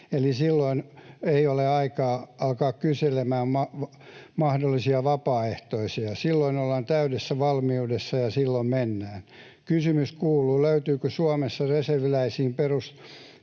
silloin ei ole aikaa alkaa kyselemään mahdollisia vapaaehtoisia. Silloin ollaan täydessä valmiudessa, ja silloin mennään. Kysymys kuuluu: löytyykö Suomessa reserviläisiin perustuvasta